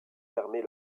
permet